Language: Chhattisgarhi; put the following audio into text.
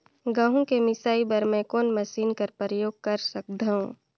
गहूं के मिसाई बर मै कोन मशीन कर प्रयोग कर सकधव?